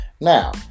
Now